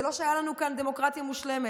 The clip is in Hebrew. זה לא שהייתה לנו כאן דמוקרטיה מושלמת.